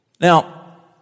Now